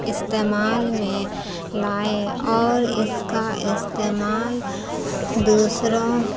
استعمال میں لائیں اور اس کا استعمال دوسروں